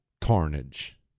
carnage